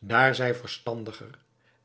daar zij verstandiger